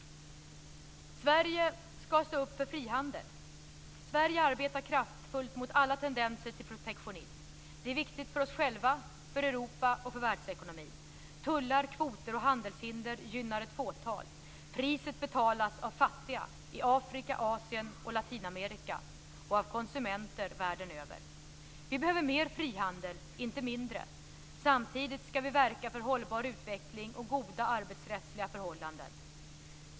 Sverige ska stå upp för frihandel. Sverige arbetar kraftfullt mot alla tendenser till protektionism. Det är viktigt för oss själva, för Europa och för världsekonomin. Tullar, kvoter och handelshinder gynnar ett fåtal. Priset betalas av fattiga i Afrika, Asien och Latinamerika - och av konsumenter världen över. Vi behöver mer frihandel, inte mindre. Samtidigt ska vi verka för hållbar utveckling och goda arbetsrättsliga förhållanden.